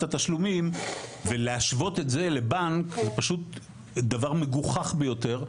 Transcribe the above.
התשלומים ולהשוות את זה לבנק זה פשוט דבר מגוחך ביותר.